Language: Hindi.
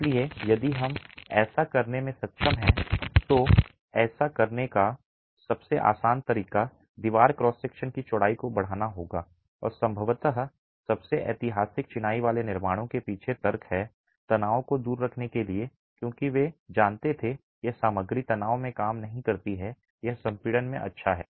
इसलिए यदि हम ऐसा करने में सक्षम हैं तो ऐसा करने का सबसे आसान तरीका दीवार क्रॉस सेक्शन की चौड़ाई को बढ़ाना होगा और संभवतः सबसे ऐतिहासिक चिनाई वाले निर्माणों के पीछे तर्क है तनाव को दूर रखने के लिए क्योंकि वे जानते थे कि यह सामग्री तनाव में काम नहीं करती है यह संपीड़न में अच्छा है